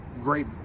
Great